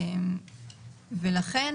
ולכן